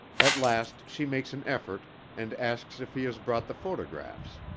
at last she makes an effort and asks if he has brought the photographs,